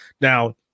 Now